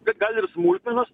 bet gal ir smulkmenos